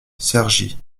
cergy